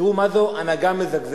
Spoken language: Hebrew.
ותראו מה זאת הנהגה מזגזגת: